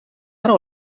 ära